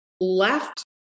left